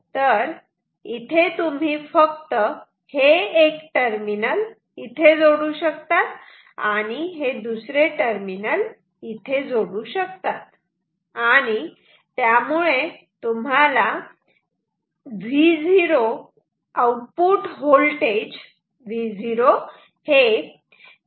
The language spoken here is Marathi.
तर इथे तुम्ही फक्त हे एक टर्मिनल इथे जोडू शकतात आणि हे दुसरे टर्मिनल इथे जोडू शकतात